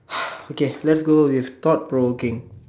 okay let's go with thought provoking